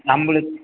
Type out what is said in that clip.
நம்மளுக்